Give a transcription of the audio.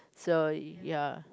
so your